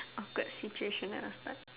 awkward situation I was stuck